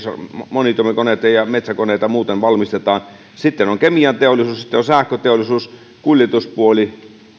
monitoimikoneita ja metsäkoneita ja muita valmistetaan sitten on kemianteollisuus ja sitten on sähköteollisuus kuljetuspuoli